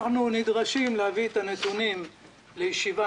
אנחנו נדרשים להביא את הנתונים לישיבה